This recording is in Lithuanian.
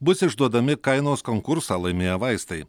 bus išduodami kainos konkursą laimėję vaistai